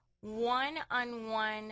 one-on-one